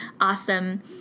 awesome